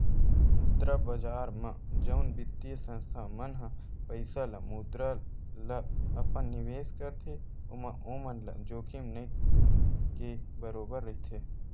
मुद्रा बजार म जउन बित्तीय संस्था मन ह पइसा ल मुद्रा ल अपन निवेस करथे ओमा ओमन ल जोखिम नइ के बरोबर रहिथे